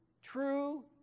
True